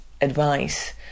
advice